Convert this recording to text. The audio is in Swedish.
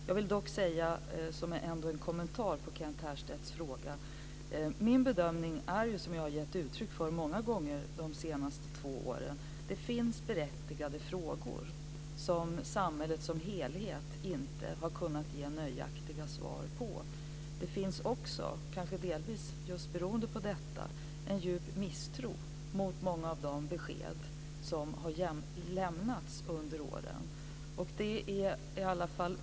Som en kommentar till Kent Härstedts fråga vill jag ändå säga att min bedömning, som jag har gett uttryck för många gånger under de senaste två åren, är att det finns berättigade frågor som samhället som helhet inte har kunnat ge nöjaktiga svar på. Det finns också - kanske delvis beroende på just detta - en djup misstro mot många av de besked som har lämnats under åren.